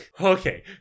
Okay